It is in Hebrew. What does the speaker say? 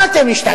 מה, אתם השתגעתם?